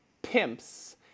pimps